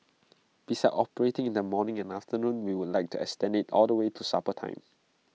besides operating in the morning and afternoon we would like to extend IT all the way to supper time